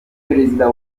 perezida